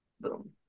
Boom